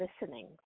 listening